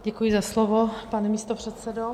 Děkuji za slovo, pane místopředsedo.